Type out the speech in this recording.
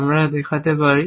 আমরা দেখাতে পারি